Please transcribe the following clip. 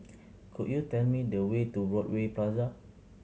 could you tell me the way to Broadway Plaza